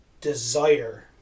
desire